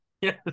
Yes